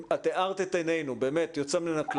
הארת את עינינו באופן יוצא מן הכלל.